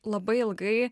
labai ilgai